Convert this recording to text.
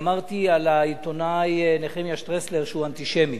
אמרתי על העיתונאי נחמיה שטרסלר שהוא אנטישמי.